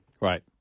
Right